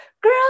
girl